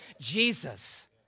Jesus